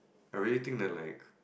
I really think that like